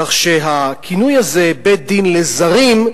כך שהכינוי הזה, בית-דין לזרים,